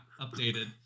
updated